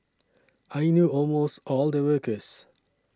I knew almost all the workers